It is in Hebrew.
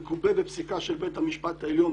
מגובה בפסיקה של בית המשפט העליון,